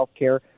Healthcare